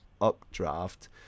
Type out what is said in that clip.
updraft